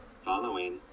Following